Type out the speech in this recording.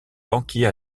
banquier